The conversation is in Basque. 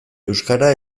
euskara